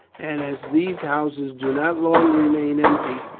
and as these houses do not long remain empty,